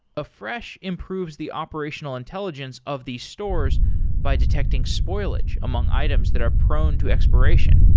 afresh improves the operational intelligence of the stores by detecting spoilage among items that are prone to expiration,